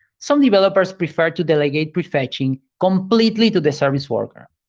some developers prefer to delegate prefetching completely to the service worker.